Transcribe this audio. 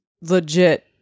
legit